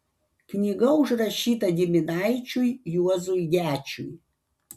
knyga užrašyta giminaičiui juozui gečiui